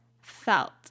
felt